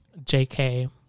JK